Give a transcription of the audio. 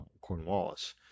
cornwallis